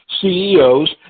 CEOs